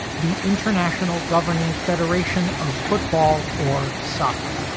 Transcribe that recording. the international governing federation of football or soccer,